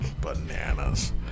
bananas